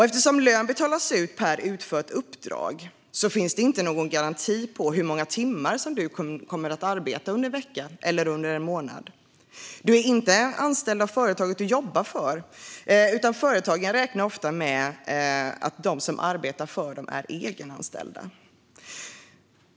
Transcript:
Eftersom lön betalas ut per utfört uppdrag finns det inte någon garanti på hur många timmar som du kommer att arbeta under en vecka eller en månad. Du är inte anställd av företaget du jobbar för, utan företagen räknar ofta med att de som arbetar för dem är egenanställda.